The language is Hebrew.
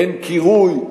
אין קירוי,